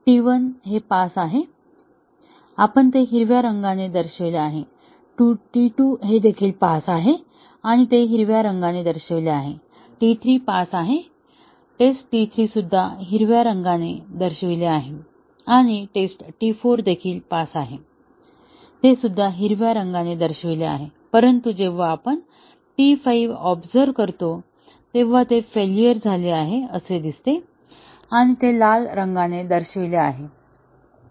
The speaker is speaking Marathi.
तर T1 हे पास आहे आपण ते हिरव्या रंगाने दर्शविले आहे T२ हे देखील पास आहे आणि ते हिरव्या रंगाने दर्शविले आहे T 3 पास आहे टेस्ट T 3 सुद्धा हिरव्या रंगाने दर्शविले आहे आणि टेस्ट T 4 देखील पास आहे ते सुद्धा हिरव्या रंगाने दर्शविले आहे परंतु जेव्हा आपण T 5 ऑबझर्व करतो तेव्हा ते फेल्युअर झाले आहे असे दिसते आणि ते लाल रंगाने दर्शविले आहे